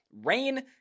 Rain